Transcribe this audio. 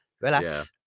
relax